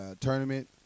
tournament